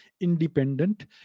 independent